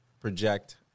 project